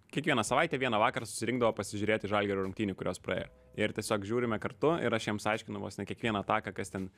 kiekvieną savaitę vieną vakarą susirinkdavo pasižiūrėti žalgirio rungtynių kurios praėjo ir tiesiog žiūrime kartu ir aš jiems aiškinu vos ne kiekvieną ataką kas ten